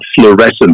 fluorescent